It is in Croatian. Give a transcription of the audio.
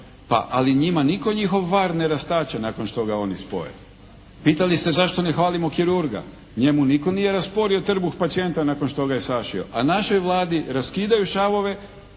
Pa, ali njima nitko njihov var ne rastače nakon što ga oni spoje. Pitali ste zašto ne hvalimo kirurga? Njemu nitko nije rasporio trbuh pacijenta nakon što ga je sašio. A našoj Vladi raskidaju šavove